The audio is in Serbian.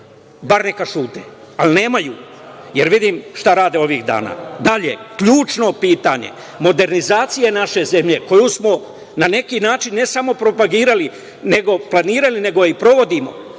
bar neka ćute. Ali, nemaju, jer vidim šta rade ovih dana. Ključno pitanje, modernizacije naše zemlje, koju smo na neki način ne samo propagirali nego planirali, i provodimo